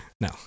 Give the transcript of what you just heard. no